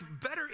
better